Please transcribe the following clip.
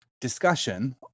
discussion